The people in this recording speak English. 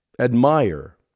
admire